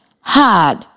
Hard